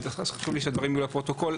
חשוב לי שהדברים יהיו בפרוטוקול.